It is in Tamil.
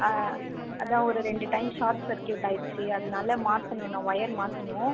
அதான் ஒரு ரெண்டு டைம் ஷார்ட் சர்க்யூட் ஆகிடுச்சு அதனால மாற்றணுண்ணா ஒயர் மாற்றணும்